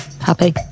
happy